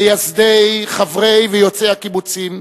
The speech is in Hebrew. מייסדי, חברי ויוצאי הקיבוצים,